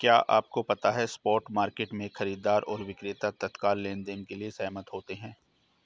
क्या आपको पता है स्पॉट मार्केट में, खरीदार और विक्रेता तत्काल लेनदेन के लिए सहमत होते हैं?